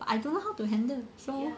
but I don't know how to handle so